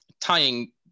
tying